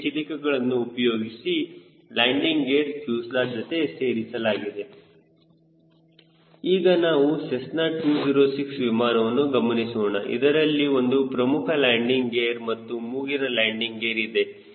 ಹೀಗೆ ಚಿಲಿಕಗಳನ್ನು ಉಪಯೋಗಿಸಿ ಲ್ಯಾಂಡಿಂಗ್ ಗೇರ್ ಫ್ಯೂಸೆಲಾಜ್ ಜೊತೆ ಸೇರಿಸಲಾಗಿದೆ ಈಗ ನಾವು ಸೆಸ್ನಾ 206 ವಿಮಾನವನ್ನು ಗಮನಿಸೋಣ ಇದರಲ್ಲಿ ಒಂದು ಪ್ರಮುಖ ಲ್ಯಾಂಡಿಂಗ್ ಗೇರ್ ಮತ್ತು ಮೂಗಿನ ಲ್ಯಾಂಡಿಂಗ್ ಗೇರ್ ಇದೆ